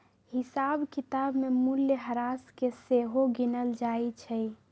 हिसाब किताब में मूल्यह्रास के सेहो गिनल जाइ छइ